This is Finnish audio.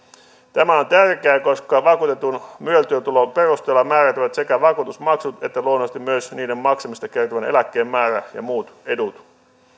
tämä on tärkeää koska vakuutetun myel työtulon perusteella määräytyvät sekä vakuutusmaksut että luonnollisesti myös niiden maksamisesta kertyvän eläkkeen määrä ja muut edut